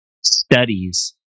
studies